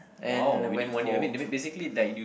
!wow! within one year I mean ba~ basically like you